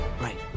right